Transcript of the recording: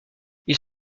ils